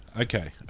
Okay